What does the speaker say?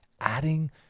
adding